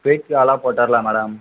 AC ஹால்லாக போட்டரலாம் madam